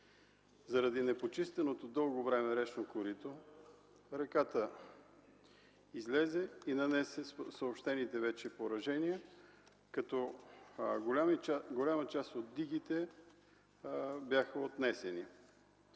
Заради непочистеното дълго време речно корито реката излезе и нанесе съобщените вече поражения, като голяма част от дигите бяха отнесени.